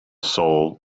soul